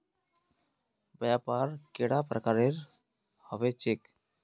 व्यापार कैडा प्रकारेर होबे चेक?